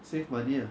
save money ah